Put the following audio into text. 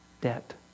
debt